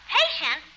patient